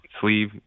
sleeve